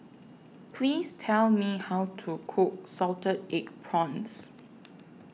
Please Tell Me How to Cook Salted Egg Prawns